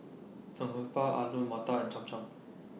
Samgeyopsal Alu Matar and Cham Cham